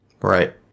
Right